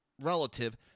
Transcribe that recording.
relative